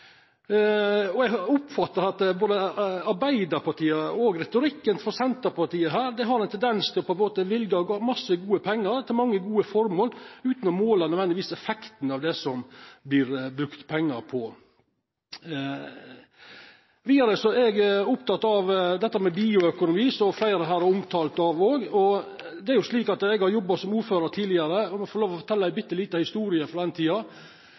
resultat. Eg oppfattar at både frå Arbeidarpartiet og i retorikken frå Senterpartiet har ein tendens til å løyva ein masse gode pengar til mange gode formål utan nødvendigvis å måla effekten av det som vert brukt pengar på. Vidare er eg oppteken av bioøkonomi, som fleire òg har omtalt. Eg har jobba som ordførar tidlegare, og eg må få lov til å fortelja ei bitte lita historie frå den tida.